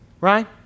Right